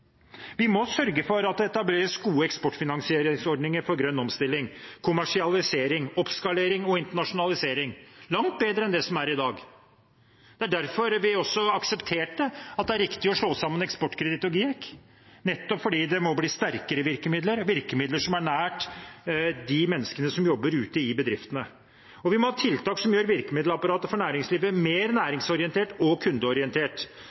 Vi må sørge for at det etableres gode eksportfinansieringsordninger for grønn omstilling, kommersialisering, oppskalering og internasjonalisering langt bedre enn det som er i dag. Det er derfor vi også aksepterte at det er riktig å slå sammen Eksportkreditt og GIEK, nettopp fordi det må bli sterkere virkemidler, virkemidler som er nært de menneskene som jobber ute i bedriftene. Vi må ha tiltak som gjør virkemiddelapparatet for næringslivet mer næringsorientert og kundeorientert,